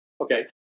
okay